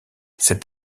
cet